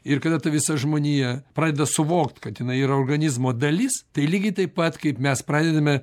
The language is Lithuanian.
ir kada ta visa žmonija pradeda suvokt kad jinai yra organizmo dalis tai lygiai taip pat kaip mes pradedame